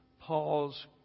Paul's